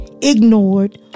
ignored